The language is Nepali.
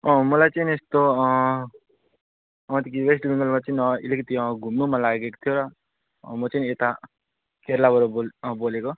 अँ मलाई चाहिँ नि यस्तो वेस्ट बेङ्गालको चाहिँ नि अलिकति घुम्नु मन लागेको थियो र म चाहिँ नि यता केरेलाबाट बो बोलेको